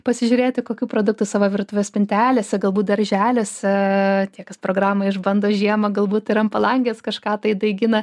pasižiūrėti kokių produktų savo virtuvės spintelėse galbūt darželiuose tie kas programą išbando žiemą galbūt ir ant palangės kažką tai daigina